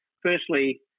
Firstly